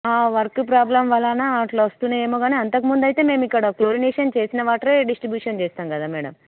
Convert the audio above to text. ఆ work problem వలన అట్లా వస్తున్నాయి ఏమో కానీ అంతకు ముందు అయితే మేము ఇక్కడ క్లోరినేషన్ చేసిన వాటర్ డిస్ట్రిబ్యూషన్ చేస్తాం కదా మ్యాడమ్